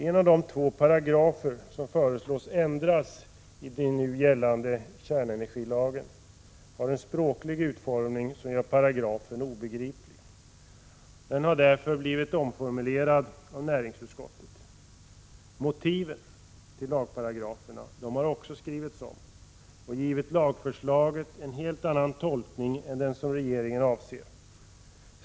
En av de två paragrafer som föreslås bli ändrad i nu gällande kärnenergilag har en språklig utformning som gör paragrafen obegriplig. Den har därför formulerats om av näringsutskottet. Motiven till lagparagraferna har också skrivits om och givit lagförslaget en helt annan tolkning än den som regeringen avser.